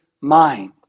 mind